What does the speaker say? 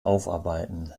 aufarbeiten